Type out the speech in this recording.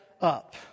up